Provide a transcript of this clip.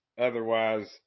otherwise